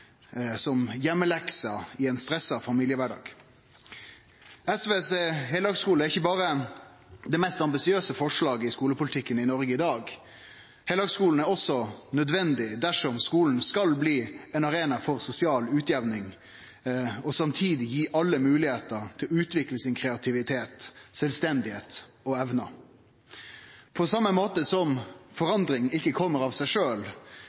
som heimelekse i ein stressa familiekvardag. SVs heildagsskule er ikkje berre det mest ambisiøse forslaget i skulepolitikken i Noreg i dag. Heildagsskulen er også nødvendig dersom skulen skal bli ein arena for sosial utjamning og samtidig gi alle moglegheiter til å utvikle kreativitet, sjølvstende og evner. På same måten som forandring ikkje kjem av seg